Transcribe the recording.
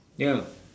ya